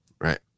right